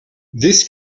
this